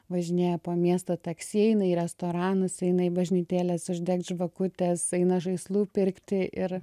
važinėja po miestą taksi eina į restoranus eina į bažnytėles uždegt žvakutes eina žaislų pirkti ir